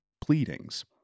pleadings